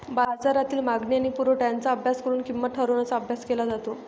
बाजारातील मागणी आणि पुरवठा यांचा अभ्यास करून किंमत ठरवण्याचा अभ्यास केला जातो